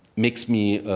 makes me, ah,